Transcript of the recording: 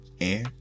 air